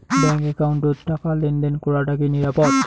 Bank একাউন্টত টাকা লেনদেন করাটা কি নিরাপদ?